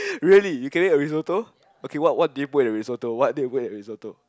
really you create a risotto okay what what do you put at your risotto